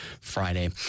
Friday